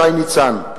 שי ניצן.